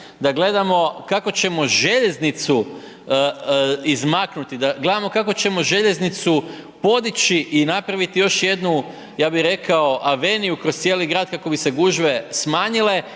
da gledamo kako ćemo željeznicu izmaknuti, gledamo kako ćemo željeznicu podići i napraviti još jednu, ja bih rekao aveniju kroz cijeli grad kako bi se gužve smanjile